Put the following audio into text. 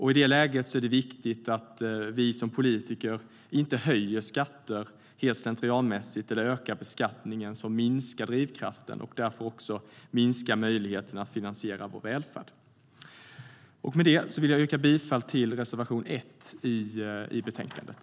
I det läget är det viktigt att vi som politiker inte höjer skatter rent slentrianmässigt eller ökar beskattningen, vilket minskar drivkraften och därmed möjligheten att finansiera vår välfärd. Med detta vill jag yrka bifall till reservation 1 i betänkandet.